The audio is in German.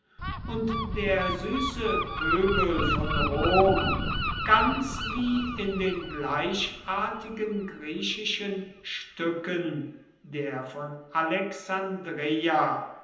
und der süße pöbel von rom ganz wie in den gleichartigen griechischen stücken der von alexandreia